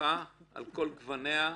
לממלכה על כל גווניה.